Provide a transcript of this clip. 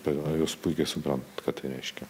manau jūs puikiai suprantat ką tai reiškia